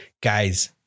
guys